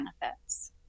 benefits